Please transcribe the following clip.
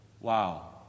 Wow